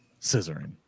scissoring